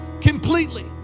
completely